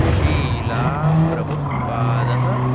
शीलाप्रभुपादः